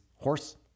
horse